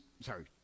sorry